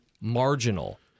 marginal